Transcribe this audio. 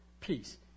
peace